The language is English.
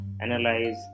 analyze